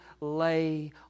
lay